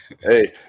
Hey